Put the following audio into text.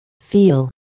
Feel